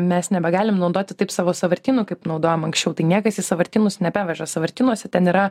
mes nebegalim naudoti taip savo sąvartynų kaip naudojom anksčiau tai niekas į sąvartynus nebeveža sąvartynuose ten yra